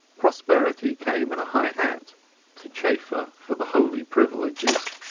prosperity came in a high hat to chaffer for the holy privileges,